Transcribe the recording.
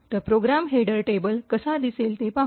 तर program header table कसा दिसेल ते पाहू